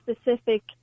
specific